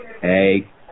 Hey